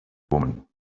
woman